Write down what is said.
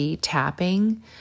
tapping